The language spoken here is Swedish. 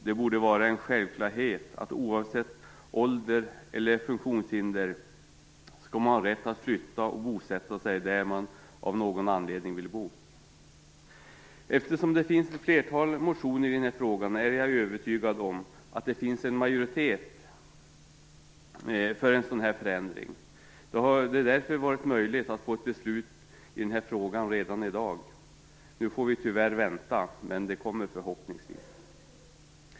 Det borde vara en självklarhet att man oavsett ålder eller funktionshinder skall ha rätt att flytta och bosätta sig där man av någon anledning vill bo. Eftersom det finns ett flertal motioner i den här frågan är jag övertygad om att det finns en majoritet för en sådan här förändring. Det hade därför varit möjligt att få ett beslut redan i dag. Nu får vi tyvärr vänta, men det kommer förhoppningsvis.